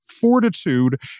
fortitude